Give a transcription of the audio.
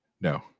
No